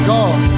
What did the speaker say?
God